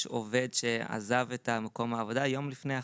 יש עובד שעזב את מקום העבודה יום לפני החג.